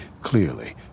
clearly